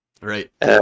Right